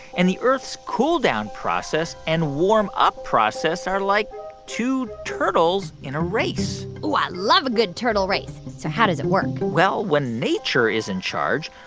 and the earth's cool-down process and warmup process are like two turtles in a race oh, i love a good turtle race. so how does it work? well, when nature is in charge,